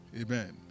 Amen